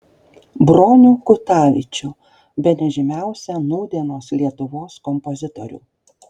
bronių kutavičių bene žymiausią nūdienos lietuvos kompozitorių